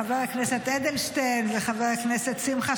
חבר הכנסת אדלשטיין וחבר הכנסת שמחה,